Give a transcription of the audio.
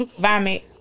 Vomit